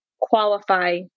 qualify